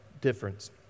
difference